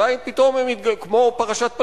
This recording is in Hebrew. אולי פתאום, כמו פרשת פלמחים,